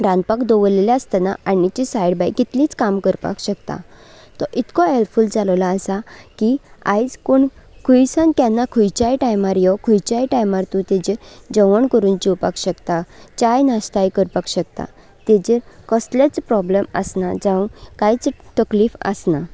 रांदपाक दवरल्लेलें आसतना आनीचीं सायडबाय कितलींच काम करपाक शकता तो इतको हॅल्फूल जालोलो आसा की आयज कोण खुंयसान केन्ना खंयच्याय टायमार येवं खंयच्याय टायमार तूं ताजेर जेवण करून जेवपाक शकता चाय नाश्ताय करपाक शकता तेजेर कसलेच प्रॉब्लम आसना जावं कांयच तकलीफ आसना